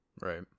Right